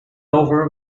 over